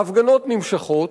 ההפגנות נמשכות,